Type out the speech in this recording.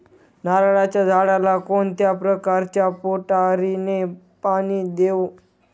नारळाच्या झाडाला कोणत्या प्रकारच्या मोटारीने पाणी देऊ?